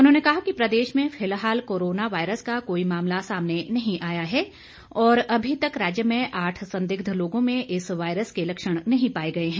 उन्होंने कहा कि प्रदेश में फिलहाल कोरोना वायरस का कोई मामला सामने नहीं आया है और अभी तक राज्य में आठ संदिग्ध लोगों में इस वायरस के लक्षण नहीं पाए गए हैं